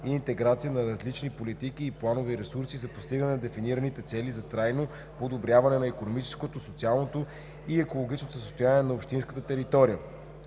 и интеграция на различни политики и планови ресурси за постигане на дефинираните цели за трайно подобряване на икономическото, социалното и екологичното състояние на общинската територия.“